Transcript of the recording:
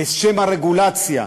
בשם הרגולציה,